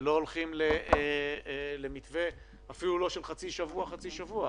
למה לא הולכים למתווה של חצי שבוע-חצי שבוע,